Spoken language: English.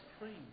cream